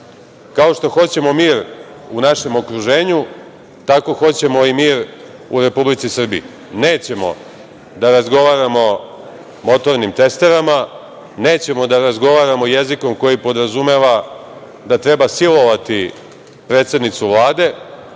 što hoćemo mir u našem okruženju tako hoćemo i mir u Republici Srbiji. Nećemo da razgovaramo motornim testerama, nećemo da razgovaramo jezikom koji podrazumeva da treba silovati predsednicu Vlade,